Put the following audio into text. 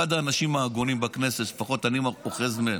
אחד האנשים ההגונים בכנסת, לפחות שאני אוחז מהם.